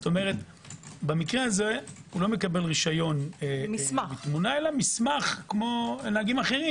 במקרה זה לא מקבל רשיון אלא מסמך כמו נהגים אחרים.